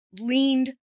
leaned